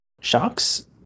Sharks